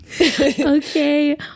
okay